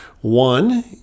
One